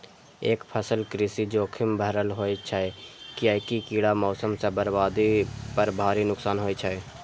एकफसला कृषि जोखिम भरल होइ छै, कियैकि कीड़ा, मौसम सं बर्बादी पर भारी नुकसान होइ छै